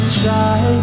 try